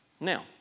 Now